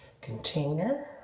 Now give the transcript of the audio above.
container